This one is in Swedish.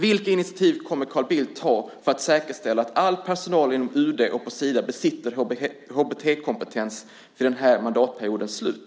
Vilka initiativ kommer Carl Bildt att ta för att säkerställa att all personal inom UD och på Sida besitter HBT-kompetens vid den här mandatperiodens slut?